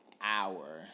hour